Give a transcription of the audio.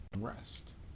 rest